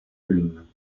lune